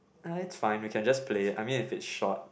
uh it's fine we can just play I mean if it's short